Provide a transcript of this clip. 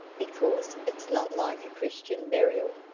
because it's not like a christian burial.